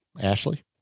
Ashley